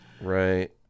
Right